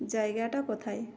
জায়গাটা কোথায়